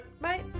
Bye